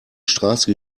straße